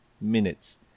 minutes